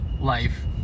life